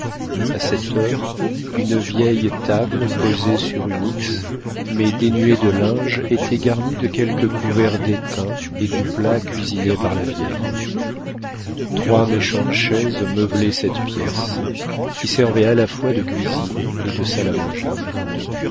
a cette heure une vieille table posée sur une x mais dénuée de linge était garnie de quelques couverts d'étain et du plat cuisiné par la vieille trois méchantes chaises meublaient cette pièce qui servait à la fois de cuisine et de salle à manger